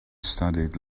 studied